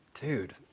dude